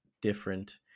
different